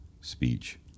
speech